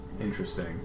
Interesting